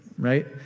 right